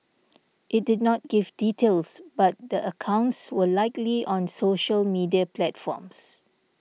it did not give details but the accounts were likely on social media platforms